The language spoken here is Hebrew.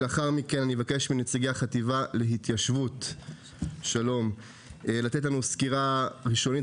לאחר מכן אבקש מנציגי החטיבה להתיישבות לתת לנו סקירה ראשונית,